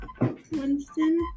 Winston